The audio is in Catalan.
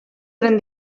eren